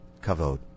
kavod